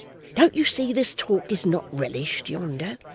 don't you see this talk is not relished yonder